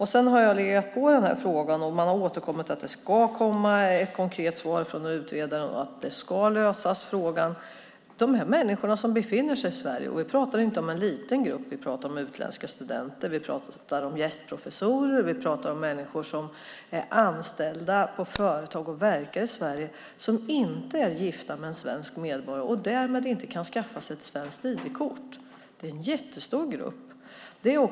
Jag har sedan legat på i den här frågan, och man har återkommit och sagt att det ska komma ett konkret svar från utredaren och att frågan ska lösas. De här människorna som befinner sig i Sverige är inte en liten grupp. Vi pratar om utländska studenter, vi pratar om gästprofessorer och vi pratar om människor som är anställda på företag och verkar i Sverige som inte är gifta med en svensk medborgare och därmed inte kan skaffa sig ett svenskt ID-kort. Det är en jättestor grupp.